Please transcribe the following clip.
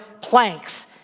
planks